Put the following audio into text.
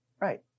Right